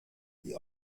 die